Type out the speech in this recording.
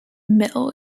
mill